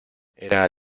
era